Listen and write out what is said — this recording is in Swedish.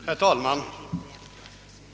Herr talman!